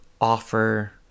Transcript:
offer